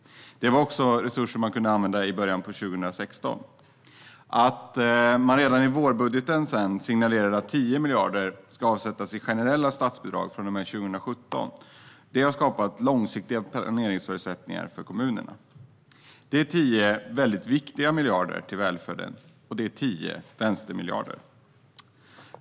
Det var också resurser som man kunde använda i början av 2016. Att man redan i vårbudgeten signalerade att 10 miljarder ska avsättas i generella statsbidrag från och med 2017 har skapat långsiktiga planeringsförutsättningar för kommunerna. Det är 10 väldigt viktiga miljarder till välfärden. Det är 10 vänstermiljarder.